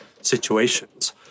situations